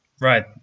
right